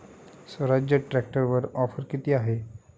स्वराज्य ट्रॅक्टरवर ऑफर किती आहे?